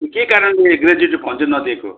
के कारणले gratuity fund चाहिँ नदिएको